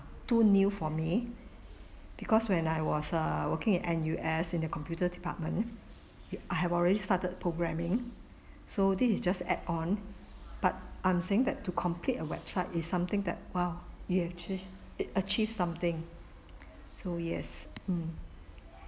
too new for me because when I was uh working at N_U_S in the computer department I have already started programming so this is just add on but I'm saying that to complete a website is something that !wow! you have achieve achieve something so yes mm